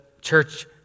church